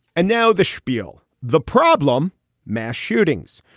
and now the spiel. the problem mass shootings.